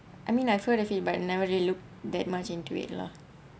I mean I've heard of it but never actually look that much into it lah